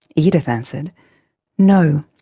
edith answered no,